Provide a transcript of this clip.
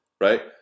right